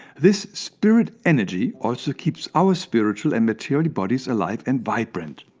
this spirit energy also keeps our spiritual and material bodies alive and vibrant.